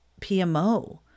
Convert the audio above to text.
PMO